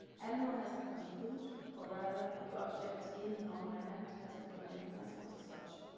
animal has become food or rather the object in and on my hand has become recognizable as such.